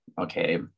okay